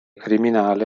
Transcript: criminali